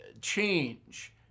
change